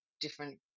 different